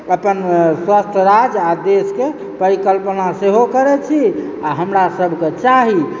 अपन स्वस्थ राज्य आ देशके परिकल्पना सेहो करैत छी आ हमरासभकऽ चाही